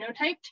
genotyped